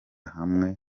hamwe